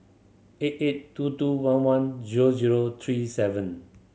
eight eight two two one one zero zero three seven